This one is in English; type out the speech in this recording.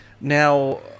now